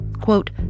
quote